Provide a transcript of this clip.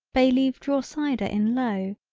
bay leave draw cider in low,